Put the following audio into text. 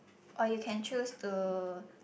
or you can choose to